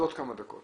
אז עוד כמה דקות,